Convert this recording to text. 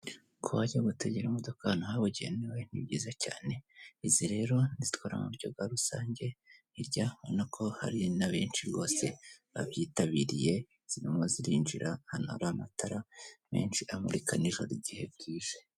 Kuba bajya gutegera imodoka ahantu habugenewe ni byiza cyane, izi rero nizitwara abantu mu buryo bwa rusange, hirya ubona ko hari na benshi rwose babyitabiriye, zirimo zirinjira ahantu hari amatara menshi amurika n'ijoro igihe bwije.